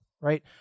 right